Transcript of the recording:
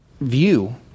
view